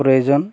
প্রয়োজন